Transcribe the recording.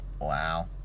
Wow